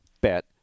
bet